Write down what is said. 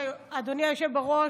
אדוני היושב בראש,